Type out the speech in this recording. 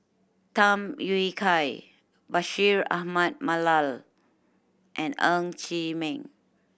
Tham Yui Kai Bashir Ahmad Mallal and Ng Chee Meng